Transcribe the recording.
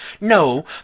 No